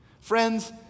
Friends